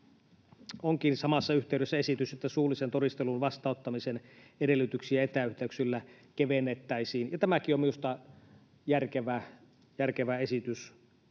onkin samassa yhteydessä esitys, että suullisen todistelun vastaanottamisen edellytyksiä etäyhteyksillä kevennettäisiin, ja tämäkin on minusta järkevä esitys.